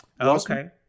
Okay